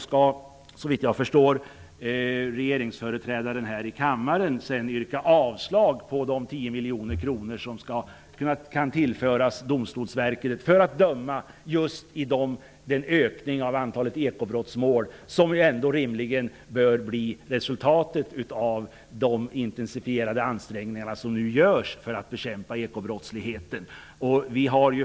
Men såvitt jag förstår skall regeringsföreträdaren här i kammaren yrka avslag på de 10 miljoner kronor som skulle kunna tillföras Domstolsverket för avdömande i den ökning av antalet ekobrottsmål som rimligen bör bli resultatet av de intensifierade ansträngningar som nu görs för att bekämpa ekobrottsligheten.